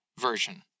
version